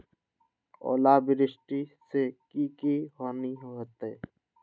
ओलावृष्टि से की की हानि होतै?